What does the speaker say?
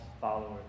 followers